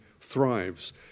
thrives